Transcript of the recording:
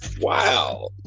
Wow